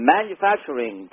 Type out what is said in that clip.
Manufacturing